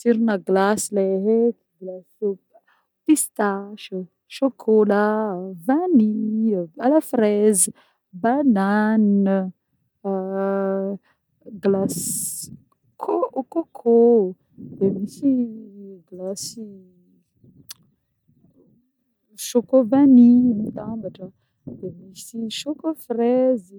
Tsironà glasy le eky: glasy sôko-pistasy, chocolat vanille, à la fraise, banane, glasy co- au coco de misy glasy choco-vanille mitambatra, de misy choco-fraise.